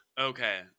Okay